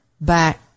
back